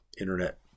internet